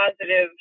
positive